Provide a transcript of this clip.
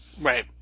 Right